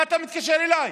מה אתה מתקשר אליי?